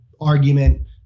argument